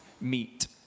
Meet